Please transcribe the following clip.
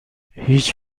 هیچ